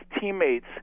teammates